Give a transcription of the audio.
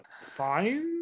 fine